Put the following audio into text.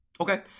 Okay